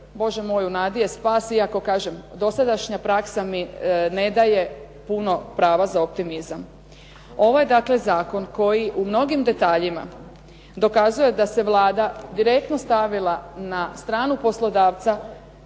Bože moj u nadi je spas, iako kažem dosadašnja praksa mi ne daje puno pravo za optimizam. Ovo je dakle zakon koji u mnogim detaljima dokazuje da se Vlada direktno stavila na stranu poslodavca,